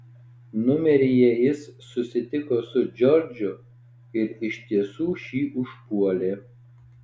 numeryje jis susitiko su džordžu ir iš tiesų šį užpuolė